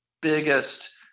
biggest